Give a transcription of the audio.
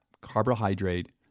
carbohydrate